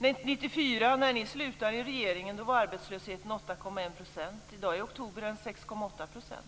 År 1994 när ni lämnade ifrån er regeringsmakten var arbetslösheten 8,1 %. I oktober 1997 var den 6,8 %.